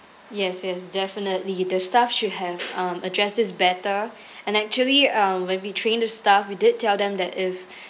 yes yes definitely the staff should have um addressed this better and actually uh when we trained the staff we did tell them that if